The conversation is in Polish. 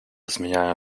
zmieniania